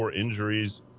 injuries